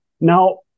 now